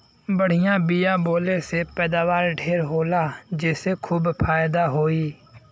बढ़िया बिया बोवले से पैदावार ढेर होला जेसे खूब फायदा होई